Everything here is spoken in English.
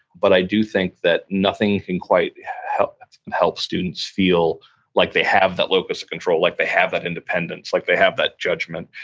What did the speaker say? but i do think that nothing can quite help help students feel like they have that locus of control, like they have that independence, like they have that judgment,